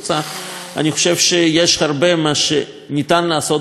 אני חושב שיש הרבה שאפשר לעשות במפרץ חיפה.